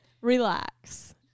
Relax